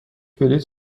بلیط